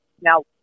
Now